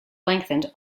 lengthened